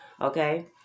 Okay